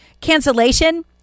Cancellation